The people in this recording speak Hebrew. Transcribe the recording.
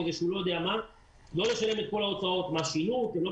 לא לשלם את כל ההוצאות והרבה